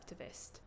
activist